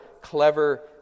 clever